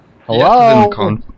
Hello